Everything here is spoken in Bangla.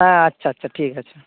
হ্যাঁ আচ্ছা আচ্ছা ঠিক আছে